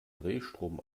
drehstrom